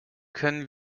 können